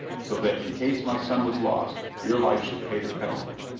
so that in case my son was lost, your life should pay the penalty.